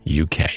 UK